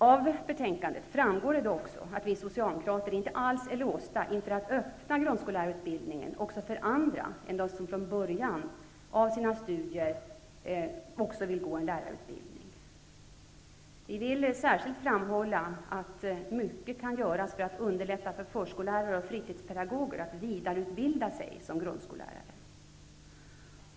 Av betänkandet framgår också att vi socialdemokrater inte alls är låsta inför tanken att öppna grunskollärarutbildningen också för andra än de som från början av sina studier vill gå denna utbildning. Vi vill särskilt framhålla att mycket kan göras för att underlätta för förskollärare och fritidspedagoger att vidareutbilda sig som grundskollärare.